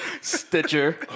Stitcher